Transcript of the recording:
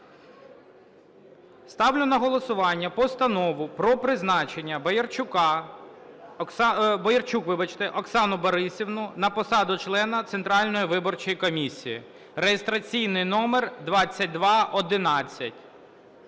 Ставлю на голосування Постанову про призначення Боярчука… Боярчук, вибачте, Оксану Борисівну на посаду члена Центральної виборчої комісії (реєстраційний номер 2211).